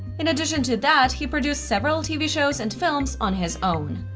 in addition to that, he produced several tv shows and films on his own.